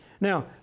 Now